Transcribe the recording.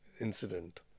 incident